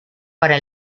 para